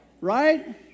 Right